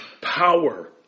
power